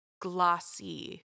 glossy